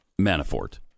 Manafort